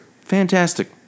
fantastic